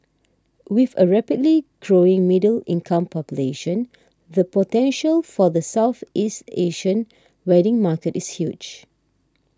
with a rapidly growing middle income population the potential for the Southeast Asian wedding market is huge